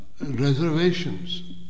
reservations